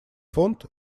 фонд